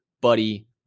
Buddy